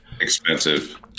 expensive